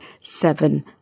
seven